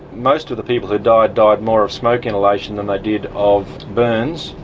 most of the people who died, died more of smoke inhalation than they did of burns.